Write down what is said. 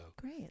Great